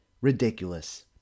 Ridiculous